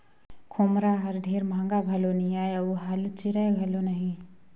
खोम्हरा हर ढेर महगा घलो नी आए अउ हालु चिराए घलो नही